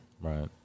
Right